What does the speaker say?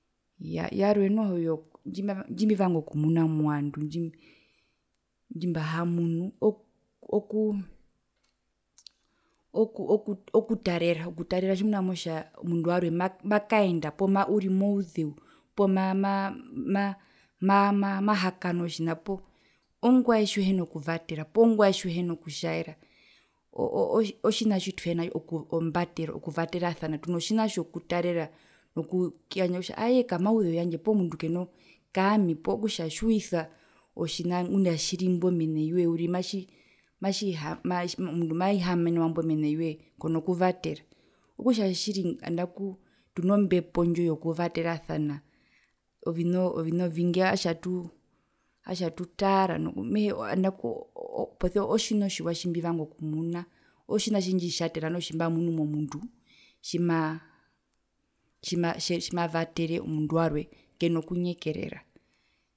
Iyaa yarwe noho ndjimbi ndjimbivanga okumuna movandu ndjimbihamunu ok oku okuu oku oku okutarera okutarera tjimuna tjimotja omundu warwe ma ma makaenda poo uri mouzeu poo ma ma ma ma ma mahakanwa otjina poo ongwae tjiuhina kuvatera poo ngwae tjiuhino kutjaera oo oo otjina tjituhina ombatero tuno tjina tjokutarera nukuu nokuyandja kutja ayee kamauzeu yandje poo mundu keno kaami poo okutja otjiusa otjina ngunda atjiri mbo mene yoye uriri matji matji haamwa omundu maihamenwa mbo mene yoye kona kuvatera okutja tjiri andaku tuno mbepo ndjo yokuvaterasana ovinoo ovina ovingi atja tuu atja tutaara mehee andaku otji posia otjina otjiwa tjimbivanga okumuna otjina tjitjindjitjatera noho tjimbamunu momundu tjimaa tjimavatere omundu warwekeno kunyekerera.